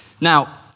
Now